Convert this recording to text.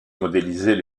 modéliser